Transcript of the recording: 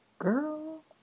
Girl